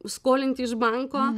skolinti iš banko